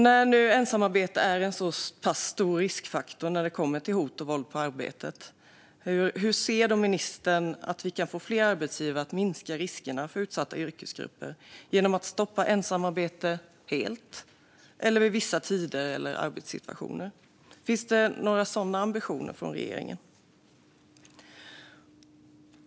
När nu ensamarbete är en så stor riskfaktor när det kommer till hot och våld på arbetet, hur ser ministern att vi kan få fler arbetsgivare att minska riskerna för utsatta yrkesgrupper genom att stoppa ensamarbete helt eller vid vissa tider eller arbetssituationer? Finns det några sådana ambitioner från regeringen?